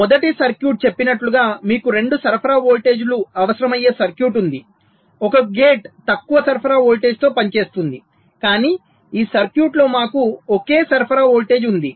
మొదటి సర్క్యూట్ చెప్పినట్లుగా మీకు రెండు సరఫరా వోల్టేజీలు అవసరమయ్యే సర్క్యూట్ ఉంది ఒక గేట్ తక్కువ సరఫరా వోల్టేజ్తో పనిచేస్తోంది కానీ ఈ సర్క్యూట్లో మాకు ఒకే సరఫరా వోల్టేజ్ ఉంది